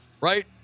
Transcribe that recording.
right